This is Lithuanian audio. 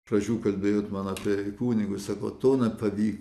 iš pradžių kalbėjot man apie kunigus sakau to nepavyko